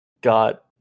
got